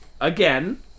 Again